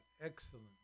excellent